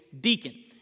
deacon